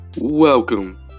Welcome